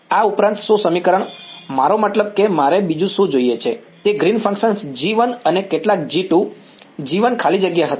આ ઉપરાંત શું સમીકરણ મારો મતલબ કે મારે બીજું શું જોઈએ છે તે ગ્રીન્સ ફંક્શન્સ G1 અને કેટલાક G2 G1 ખાલી જગ્યા હતી